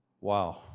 Wow